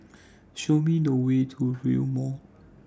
Show Me The Way to Rail Mall